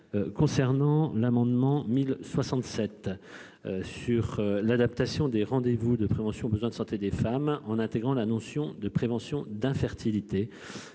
concernant l'amendement 1067 sur l'adaptation des rendez vous de prévention besoins de santé des femmes en intégrant la notion de prévention d'infertilité